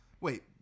Wait